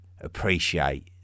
appreciate